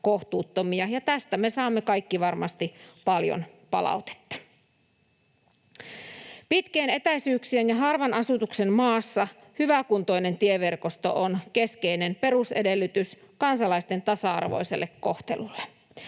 tästä me saamme kaikki varmasti paljon palautetta. Pitkien etäisyyksien ja harvan asutuksen maassa hyväkuntoinen tieverkosto on keskeinen perusedellytys kansalaisten tasa-arvoiselle kohtelulle.